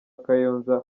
kayonza